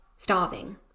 starving